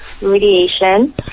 radiation